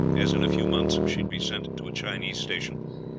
as in a few months she would be sent to a chinese station,